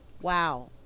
wow